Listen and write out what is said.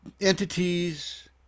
entities